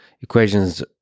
equations